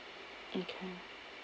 okay